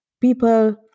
People